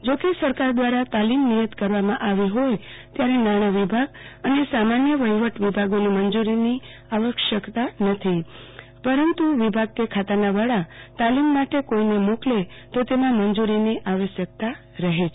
જો કે સરકાર દ્વારા તાલીમ નિયત કરવામાં આવી હોય ત્યારે નાણાવિભાગ અને સામાન્ય વહીવટ વિભાગોની મંજુરીની આવશ્યકતા નથી પરંતુ વિભાગ કે ખાતાના વડા તાલીમ માટે કોઈને મોકલે તો તેમાં મંજુરીની આવશ્યકતા રહે છે